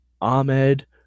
Ahmed